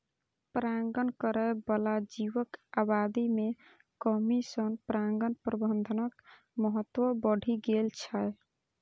परागण करै बला जीवक आबादी मे कमी सं परागण प्रबंधनक महत्व बढ़ि गेल छै